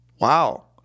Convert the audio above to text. Wow